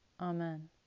Amen